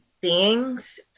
beings